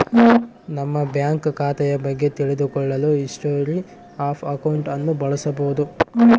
ನಮ್ಮ ಬ್ಯಾಂಕ್ ಖಾತೆಯ ಬಗ್ಗೆ ತಿಳಿದು ಕೊಳ್ಳಲು ಹಿಸ್ಟೊರಿ ಆಫ್ ಅಕೌಂಟ್ ಅನ್ನು ಬಳಸಬೋದು